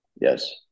Yes